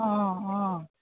অঁ অঁ